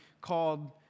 called